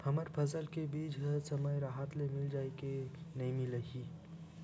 हमर फसल के बीज ह समय राहत ले मिल जाही के नी मिलही?